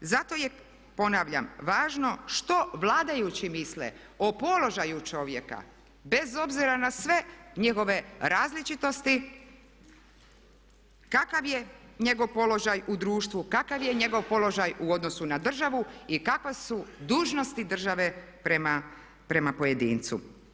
Zato je, ponavljam, važno što vladajući misle o položaju čovjeka, bez obzira na sve njegove različitosti, kakav je njegov položaj u društvu, kakav je njegov položaj u odnosu na državu i kakve su dužnosti države prema pojedincu.